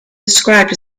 described